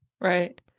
right